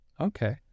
Okay